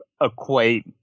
equate